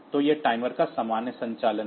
तो यह टाइमर का सामान्य संचालन है